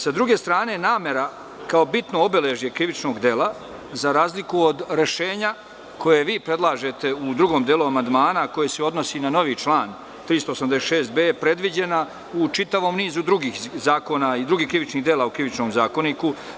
S druge strane, namera kao bitno obeležje krivičnog dela, za razliku od rešenja koje vi predlažete u drugom delu amandmana, a koje se odnosi na novi član 386b, je predviđena u čitavom nizu drugih zakona i drugih krivičnih dela u Krivičnom zakoniku.